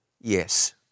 yes